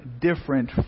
different